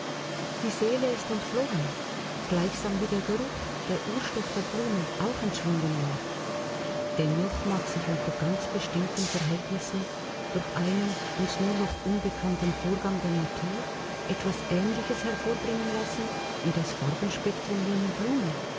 die seele ist entflohen gleichsam wie der geruch der urstoff der blume auch entschwunden war dennoch mag sich unter ganz bestimmten verhältnissen durch einen uns nur noch unbekannten vorgang der natur etwas ähnliches hervorbringen lassen wie das farbenspektrum jener blume